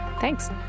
Thanks